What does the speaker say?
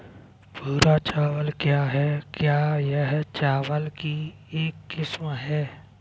भूरा चावल क्या है? क्या यह चावल की एक किस्म है?